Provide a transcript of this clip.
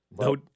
No